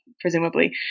presumably